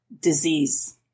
disease